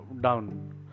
down